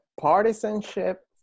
Partisanship